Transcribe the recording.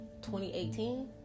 2018